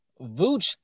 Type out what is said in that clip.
Vooch